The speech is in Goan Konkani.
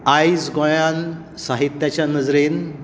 आयज गोंयान साहित्याच्या नजरेन